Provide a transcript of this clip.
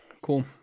cool